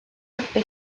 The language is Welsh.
rygbi